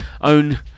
own